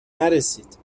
نرسید